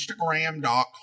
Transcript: Instagram.com